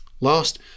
Last